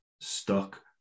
stuck